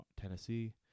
Tennessee